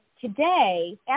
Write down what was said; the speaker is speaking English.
today